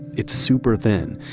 it's super thin.